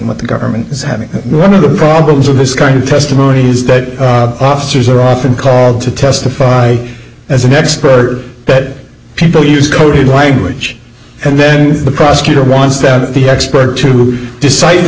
what the government is having one of the problems with this kind of testimony is that officers are often called to testify as an expert bed people use coded language and then the prosecutor wants to have the expert to decipher